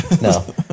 no